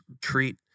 treat